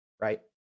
right